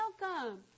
welcome